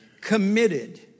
committed